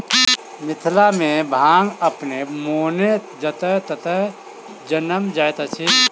मिथिला मे भांग अपने मोने जतय ततय जनैम जाइत अछि